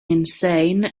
insane